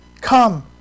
Come